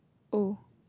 oh